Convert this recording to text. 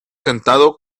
sentado